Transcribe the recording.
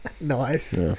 Nice